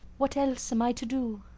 what else am i to do?